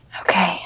Okay